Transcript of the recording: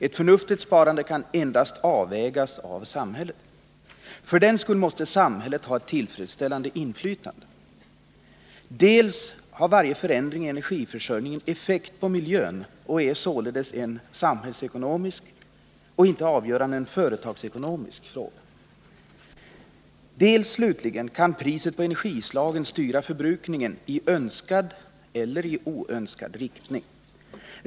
Ett förnuftigt sparande kan endast avvägas av samhället. För den skull måste samhället ha ett tillfredsställande inflytande. För det andra har varje förändring i energiförsörjningen effekt på miljön och är således en samhällsekonomisk och inte en företagsekonomisk fråga. För det tredje kan slutligen priset på energislagen styra förbrukningen i önskad eller oönskad riktning.